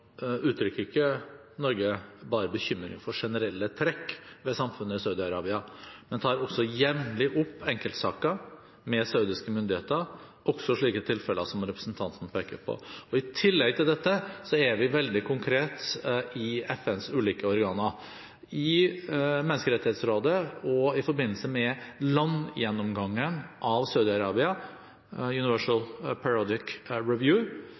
uttrykker Norge ikke bare bekymring for generelle trekk ved samfunnet i Saudi-Arabia, men tar også jevnlig opp enkeltsaker med saudiske myndigheter – også slike tilfeller som representanten peker på. I tillegg til dette er vi veldig konkrete i FNs ulike organer. I Menneskerettighetsrådet og i forbindelse med landgjennomgangen av Saudi-Arabia, Universal Periodic Review,